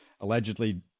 allegedly